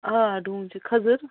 آ ڈوٗنۍ چھِ خٔزٕر